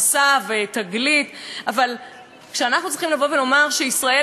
אבל כשאנחנו צריכים לומר שישראל היא הבית של העם היהודי כולו,